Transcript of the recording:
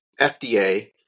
FDA